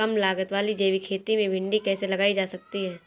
कम लागत वाली जैविक खेती में भिंडी कैसे लगाई जा सकती है?